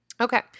Okay